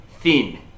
thin